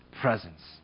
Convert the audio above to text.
presence